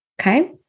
Okay